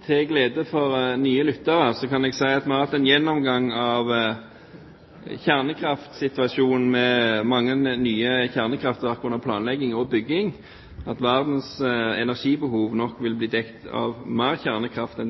Til glede for nye lyttere kan jeg si at vi har hatt en gjennomgang av kjernekraftsituasjonen med mange nye kjernekraftverk under planlegging og bygging, at verdens energibehov nok vil bli dekket av mer kjernekraft